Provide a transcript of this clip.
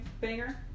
banger